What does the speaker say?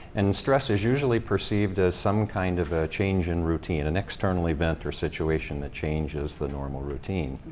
and stress is usually perceived as some kind of a change in routine, an external event or situation that changes the normal routine.